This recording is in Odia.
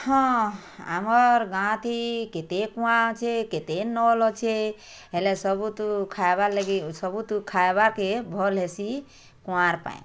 ହଁ ଆମର୍ ଗାଁ ଥି କେତେ କୂଆଁ ଅଛେ କେତେ ନଲ୍ ଅଛେ ହେଲେ ସବୁତୁ ଖାଏବାର୍ ଲାଗି ସବୁତୁ ଖାଇବାର୍ କେ ଭଲ୍ ହେସି କୂଆଁର୍ ପାନି